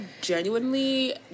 genuinely